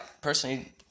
personally